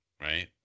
right